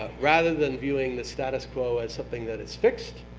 rather than viewing the status quo as something that is fixed,